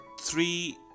three